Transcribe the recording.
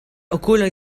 okuloj